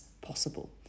possible